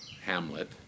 Hamlet